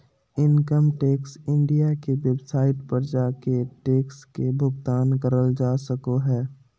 income tax India के website पर जाके टैक्स के भुगतान करल जा सको हय